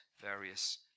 various